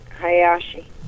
Hayashi